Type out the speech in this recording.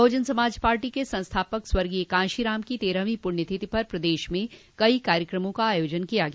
बहजन समाज पार्टी के संस्थापक स्वर्गीय काशीराम की तेरहवीं प्रण्य तिथि पर प्रदेश में कई कार्यक्रमों का आयोजन किया गया